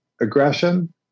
aggression